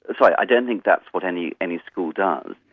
ah so i don't think that's what any any school does,